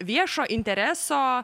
viešo intereso